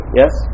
yes